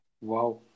Wow